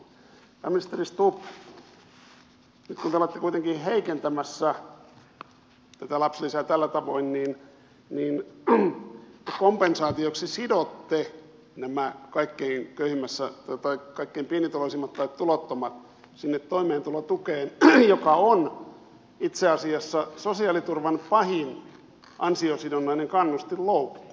pääministeri stubb nyt kun te olette kuitenkin heikentämässä tätä lapsilisää tällä tavoin niin kompensaatioksi sidotte nämä kaikkein pienituloisimmat tai tulottomat sinne toimeentulotukeen joka on itse asiassa sosiaaliturvan pahin ansiosidonnainen kannustinloukku